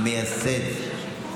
מייסד.